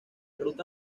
ruta